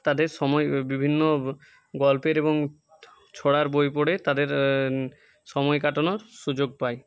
তাদের সময় বিভিন্ন গল্পের এবং ছড়ার বই পড়ে তাদের সময় কাটানোর সুযোগ পায়